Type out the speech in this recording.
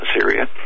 Syria